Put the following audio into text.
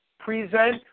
present